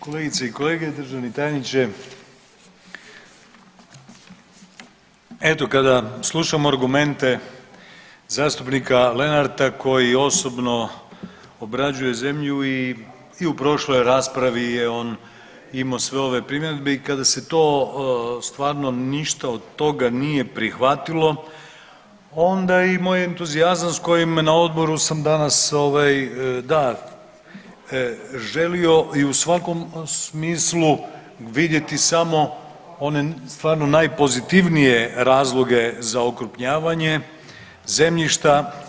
Kolegice i kolege, državni tajniče, eto kada slušam argumente zastupnika Lenarta koji osobno obrađuje zemlju i u prošloj raspravi je on imao sve ove primjedbe i kada se to stvarno ništa od toga nije prihvatilo onda i moj entuzijazam sa kojim na odboru sam danas želio i u svakom smislu vidjeti samo one stvarno najpozitivnije razloge za okrupnjavanje zemljišta.